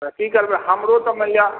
तऽ की करबै हमरो तऽ मानि लिअ